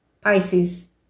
Pisces